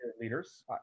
leaders